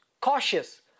Cautious